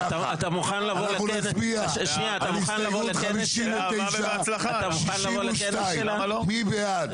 אם ככה אנחנו נצביע על הסתייגות 59 עד 62. מי בעד?